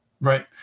Right